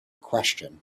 question